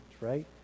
right